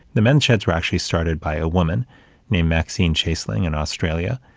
the men's sheds were actually started by a woman named maxine chaseling in australia.